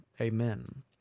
Amen